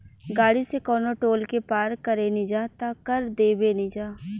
गाड़ी से कवनो टोल के पार करेनिजा त कर देबेनिजा